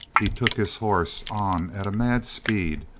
he took his horse on at a mad speed,